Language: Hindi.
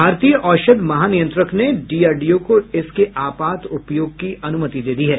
भारतीय औषध महानियंत्रक ने डीआरडीओ को इसके आपात उपयोग की अनुमति दे दी है